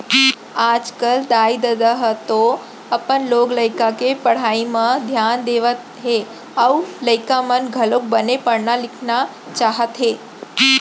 आजकल दाई ददा ह तो अपन लोग लइका के पढ़ई म धियान देवत हे अउ लइका मन घलोक बने पढ़ना लिखना चाहत हे